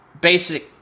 basic